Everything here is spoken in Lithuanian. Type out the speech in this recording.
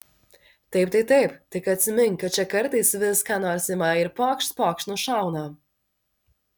taip tai taip tik atsimink kad čia kartais vis ką nors ima ir pokšt pokšt nušauna